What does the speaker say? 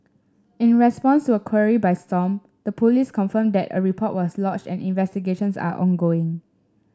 in response to a query by Stomp the police confirmed that a report was lodged and investigations are ongoing